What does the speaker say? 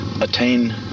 attain